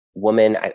woman